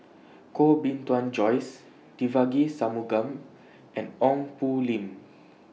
Koh Bee Tuan Joyce Devagi Sanmugam and Ong Poh Lim